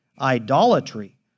idolatry